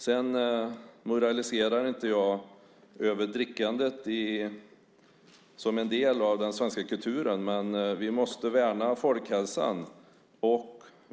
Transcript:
Jag moraliserar inte över drickandet som en del av den svenska kulturen, men vi måste värna folkhälsan.